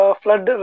flood